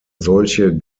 solche